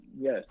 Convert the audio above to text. Yes